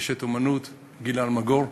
אשת אמנות, גילה אלמגור,